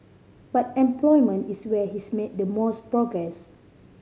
but employment is where he's made the most progress